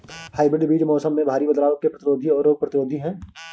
hybrid बीज मौसम में भारी बदलाव के प्रतिरोधी और रोग प्रतिरोधी हैं